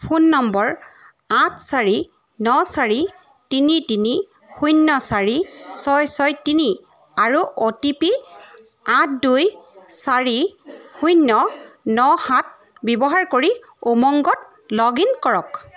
phone নম্বৰ আঠ চাৰি ন চাৰি তিনি তিনি শূন্য চাৰি ছয় ছয় তিনি আৰু অ' টি পি আঠ দুই চাৰি শূন্য ন সাত ব্যৱহাৰ কৰি উমংগত লগ ইন কৰক